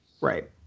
right